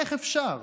איך אפשר?